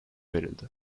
verildi